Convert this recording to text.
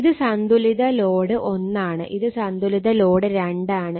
ഇത് സന്തുലിത ലോഡ് 1 ആണ് ഇത് സന്തുലിത ലോഡ് 2 ആണ്